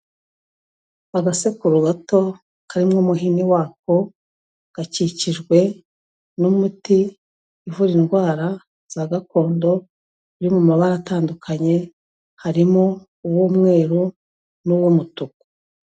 Agasekuru gato karimo umuhini wako, gakikijwe n'umuti uvura indwara za gakondo biri mu mabara atandukanye harimo uw'umweru n'uw'umutuku.